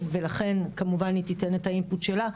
ולכן כמובן היא תיתן את האינפוט שלה.